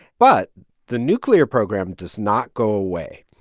but the nuclear program does not go away.